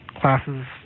classes